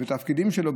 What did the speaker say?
בתפקידים שלו,